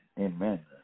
Amen